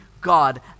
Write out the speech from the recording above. God